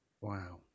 wow